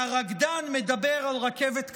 והרקדן מדבר על רכבת קליע,